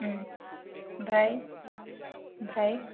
ओमफ्राय ओमफ्राय